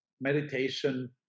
meditation